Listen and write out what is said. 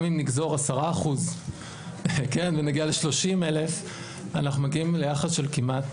גם אם נגזור 10% ונגיע ל-30,000 אנחנו מגיעים ליחס של כמעט